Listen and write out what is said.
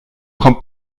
kommt